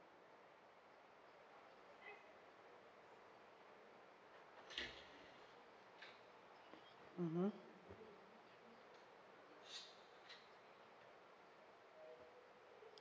mmhmm